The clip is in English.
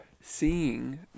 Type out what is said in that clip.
seeing